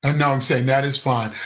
and um and saying that's fine.